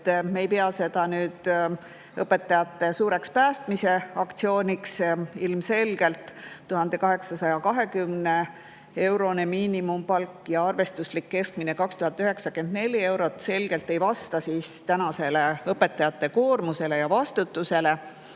me ei pea seda suureks õpetajate päästmise aktsiooniks. Ilmselgelt 1820-eurone miinimumpalk ja arvestuslik keskmine 2094 eurot selgelt ei vasta õpetajate koormusele ja vastutusele.